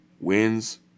wins